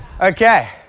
Okay